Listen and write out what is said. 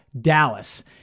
Dallas